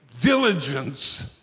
diligence